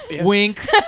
wink